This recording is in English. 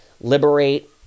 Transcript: liberate